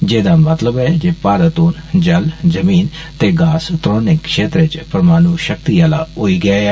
जेह्दा मतलब ऐ जे भारत हुन जल जमीन ते गास त्रौने क्षेत्रें च परमाणु षक्ति आहला होई गेआ ऐ